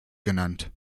genannt